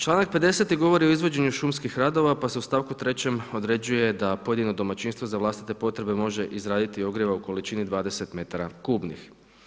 Čl. 50. govori o izvođenju šumskih radova, pa se u st. 3. određuje da pojedino domaćinstvo za vlastite potrebe može izraditi ogrjeva u količini 20 metara kubnih.